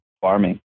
farming